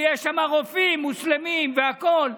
ויש שם רופאים מוסלמים והכול?